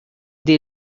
they